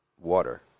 water